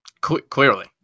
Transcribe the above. Clearly